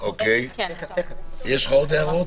יש לך עוד הערות?